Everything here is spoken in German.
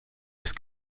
ist